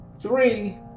three